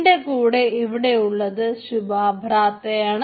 എന്റെ കൂടെ ഇവിടെ ഉള്ളത് ശുഭാഭ്രാത്തയാണ്